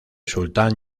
sultán